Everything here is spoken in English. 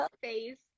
face